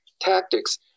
tactics